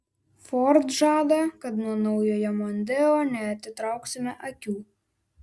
ford žada kad nuo naujojo mondeo neatitrauksime akių